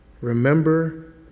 remember